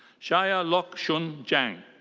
shaya lok shun zhang.